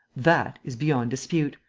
that is beyond dispute,